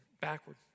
Backward